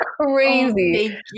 crazy